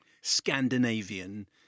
Scandinavian